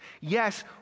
Yes